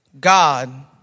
God